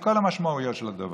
עם כל המשמעויות של הדבר.